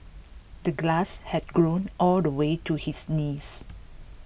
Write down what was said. the glass had grown all the way to his knees